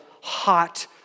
hot